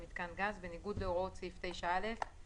בניגוד להוראות סעיף 9(א);